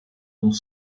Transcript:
dont